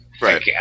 Right